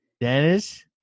Dennis